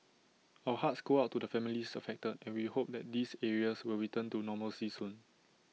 our hearts go out to the families affected and we hope that these areas will return to normalcy soon